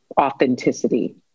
authenticity